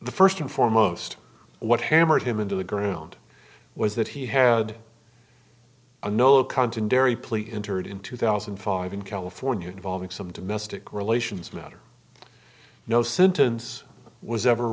the first and foremost what hammered him into the ground was that he had a no account and barry plea entered in two thousand and five in california involving some domestic relations matter no sentence was ever